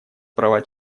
права